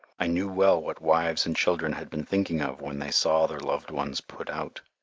i knew well what wives and children had been thinking of when they saw their loved ones put out.